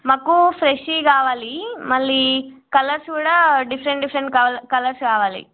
మాకు ఫ్రెష్వి కావాలి మళ్ళీ కలర్స్ కూడా డిఫరెంట్ డిఫరెంట్ కలర్స్ కావాలి